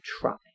try